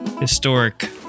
historic